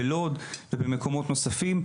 בלוד ובמקומות נוספים,